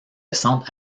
centre